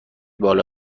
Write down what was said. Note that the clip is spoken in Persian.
بالا